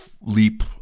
leap